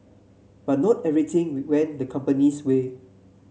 but not everything went the company's way